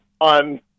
on